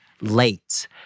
late